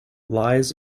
lies